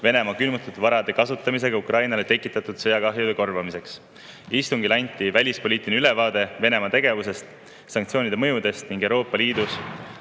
Venemaa varasid Ukrainale tekitatud sõjakahjude korvamiseks. Istungil anti välispoliitiline ülevaade Venemaa tegevusest, sanktsioonide mõjust ning Euroopa Liidus